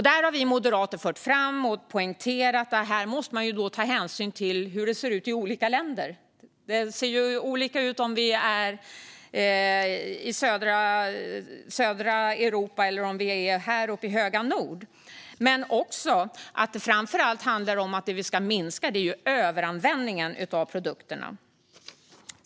Där har vi moderater fört fram och poängterat att man måste ta hänsyn till hur det ser ut i olika länder - det ser ju olika ut om vi är i södra Europa eller om vi är här uppe i höga nord - men också att det vi framför allt ska minska är överanvändningen av produkterna.